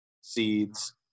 seeds